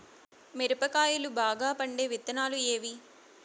మిరప కాయలు బాగా పండే విత్తనాలు ఏవి